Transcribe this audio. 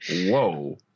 Whoa